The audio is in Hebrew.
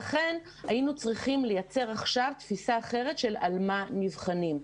לכן היינו צריכים לייצר עכשיו תפיסה אחרת לגבי השאלה על מה נבחנים.